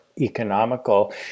economical